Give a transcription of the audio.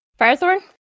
Firethorn